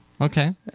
Okay